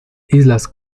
islas